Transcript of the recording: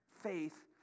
faith